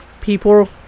people